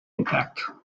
intact